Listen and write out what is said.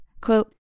Quote